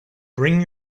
bring